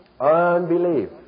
Unbelief